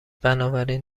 بنابراین